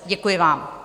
Děkuji vám.